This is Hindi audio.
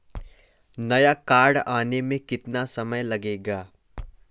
नया कार्ड आने में कितना समय लगता है?